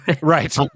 Right